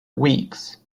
weeks